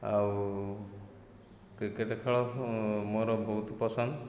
ଆଉ କ୍ରିକେଟ ଖେଳ ମୋର ବହୁତ ପସନ୍ଦ